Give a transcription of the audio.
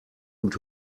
und